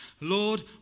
Lord